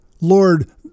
Lord